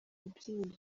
rubyiniro